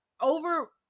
over